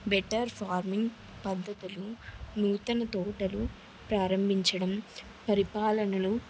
better farming పద్ధతులు నూతన తోటలు ప్రారంభించడం పరిపాలనలు